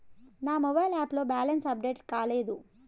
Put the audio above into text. నా mobile app లో balance update కాలేదు